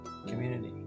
community